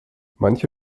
manche